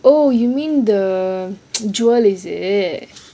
oh you mean the jewel is it